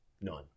None